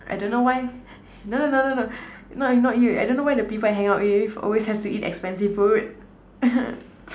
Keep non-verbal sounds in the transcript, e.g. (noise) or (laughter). I don't know why no no no no no not not you I don't know why the people I hang out with always have to eat expensive food (laughs)